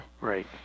Right